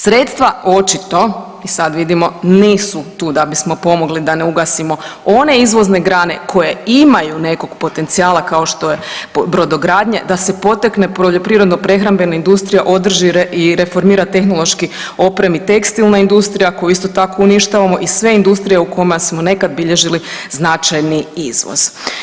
Sredstva očito i sad vidimo nisu tu da bismo pomogli da ne ugasimo one izvozne grane koje imaju nekog potencijala kao što je brodogradnja, da se potakne poljoprivredno prehrambena industrija održi i reformira, tehnološki opremi tekstilna industrija koju isto tako uništavamo i sve industrije u kojima smo nekad bilježili značajni izvoz.